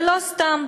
ולא סתם.